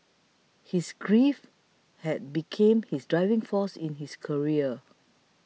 his grief had become his driving force in his career